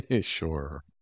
sure